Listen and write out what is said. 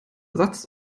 satz